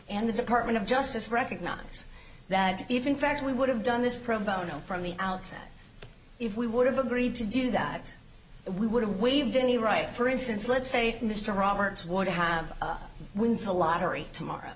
and the department of justice recognize that if in fact we would have done this pro bono from the outset if we would have agreed to do that we would have waived any right for instance let's say mr roberts would have when for a lottery tomorrow